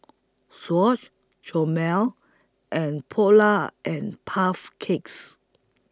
Swatch Hormel and Polar and Puff Cakes